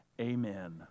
amen